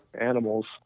animals